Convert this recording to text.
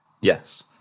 Yes